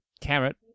carrot